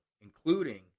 including